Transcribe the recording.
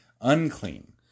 unclean